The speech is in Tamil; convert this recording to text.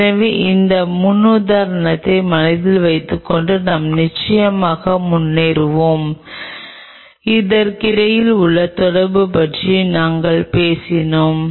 எனவே இந்த முன்னுதாரணத்தை மனதில் வைத்துக்கொண்டு நாம் நிச்சயமாக முன்னேறுவோம் இதற்கிடையில் உள்ள தொடர்பு பற்றி நாங்கள் பேசினோம்